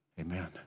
Amen